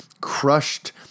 crushed